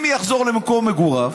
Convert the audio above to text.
אם יחזור למקום מגוריו,